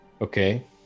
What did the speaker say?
Okay